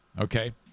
Okay